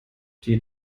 die